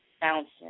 bouncing